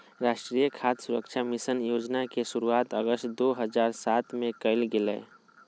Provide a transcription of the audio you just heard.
राष्ट्रीय खाद्य सुरक्षा मिशन योजना के शुरुआत अगस्त दो हज़ार सात में कइल गेलय